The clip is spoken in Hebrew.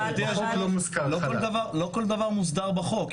גבירתי היושבת-ראש, לא כל דבר מוסדר החוק.